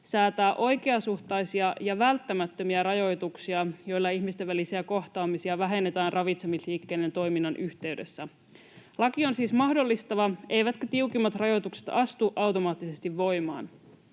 säätää oikeasuhtaisia ja välttämättömiä rajoituksia, joilla ihmisten välisiä kohtaamisia vähennetään ravitsemisliikkeiden toiminnan yhteydessä. Laki on siis mahdollistava, eivätkä tiukimmat rajoitukset astu voimaan automaattisesti.